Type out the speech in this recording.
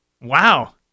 Wow